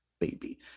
baby